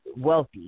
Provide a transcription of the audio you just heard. wealthy